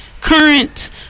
Current